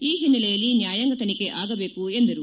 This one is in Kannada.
ಈ ಹಿನ್ನೆಲೆಯಲ್ಲಿ ನ್ಯಾಯಾಂಗ ತನಿಖೆ ಆಗಬೇಕು ಎಂದರು